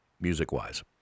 music-wise